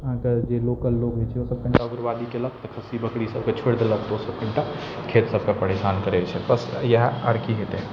अहाँके जे लोकल लोक जे छै ओसब कनिटा गुटबाजी केलक जे खस्सी बकरी सबके छोड़ि देलक ओसब कनिटा खेत सबके परेशान करै छै बस इएह आओर की हेतै